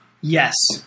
Yes